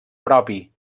propi